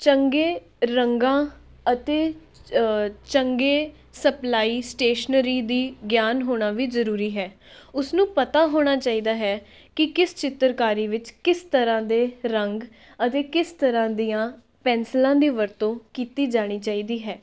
ਚੰਗੇ ਰੰਗਾਂ ਅਤੇ ਚੰਗੇ ਸਪਲਾਈ ਸਟੇਸ਼ਨਰੀ ਦੀ ਗਿਆਨ ਹੋਣਾ ਵੀ ਜ਼ਰੂਰੀ ਹੈ ਉਸਨੂੰ ਪਤਾ ਹੋਣਾ ਚਾਹੀਦਾ ਹੈ ਕੀ ਕਿਸ ਚਿੱਤਰਕਾਰੀ ਵਿੱਚ ਕਿਸ ਤਰ੍ਹਾਂ ਦੇ ਰੰਗ ਅਤੇ ਕਿਸ ਤਰ੍ਹਾਂ ਦੀਆਂ ਪੈਨਸਲਾਂ ਦੀ ਵਰਤੋਂ ਕੀਤੀ ਜਾਣੀ ਚਾਹੀਦੀ ਹੈ